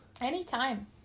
Anytime